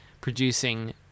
producing